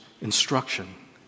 instruction